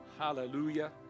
Hallelujah